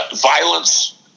violence